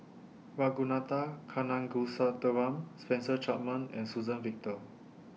Ragunathar Kanagasuntheram Spencer Chapman and Suzann Victor